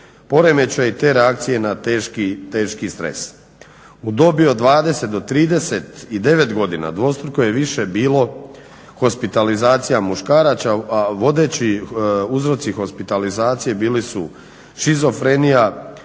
poremećaj te reakcije na teški stres. U dobi od 20 do 39 godina dvostruko je više bilo hospitalizacija muškaraca, a vodeći uzroci hospitalizacije bili su šizofrenija,